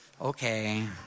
okay